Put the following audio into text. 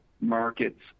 markets